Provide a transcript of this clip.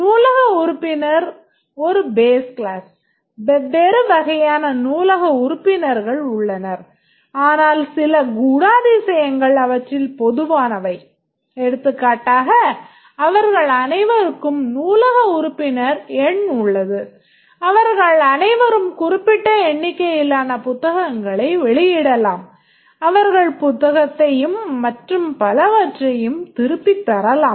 நூலக உறுப்பினர் கிளாஸ் ஒரு base class வெவ்வேறு வகையான நூலக உறுப்பினர்கள் உள்ளனர் ஆனால் சில குணாதிசயங்கள் அவற்றில் பொதுவானவை எடுத்துக்காட்டாக அவர்கள் அனைவருக்கும் நூலக உறுப்பினர் எண் உள்ளது அவர்கள் அனைவரும் குறிப்பிட்ட எண்ணிக்கையிலான புத்தகங்களை வெளியிடலாம் அவர்கள் புத்தகத்தையும் மற்றும் பலவற்றையும் திருப்பித் தரலாம்